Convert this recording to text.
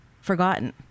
forgotten